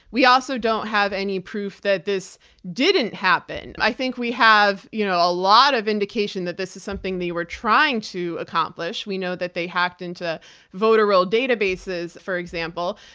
we also don't have any proof that this didn't happen. i think we have you know a lot of indication that this is something they were trying to accomplish. we know that they hacked into voter roll data bases for example.